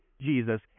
Jesus